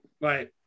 Right